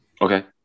okay